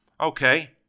Okay